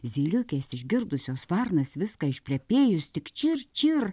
zyliukės išgirdusios varnas viską išplepėjus tik čir čir